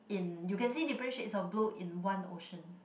in you can see different shades of blue in one ocean